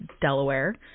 Delaware